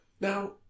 Now